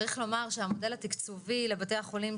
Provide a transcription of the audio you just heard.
צריך לומר שהמודל התקצובי לבתי החולים,